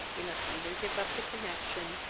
he must either give up the connexion,